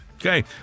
Okay